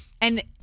and-